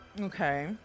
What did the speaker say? Okay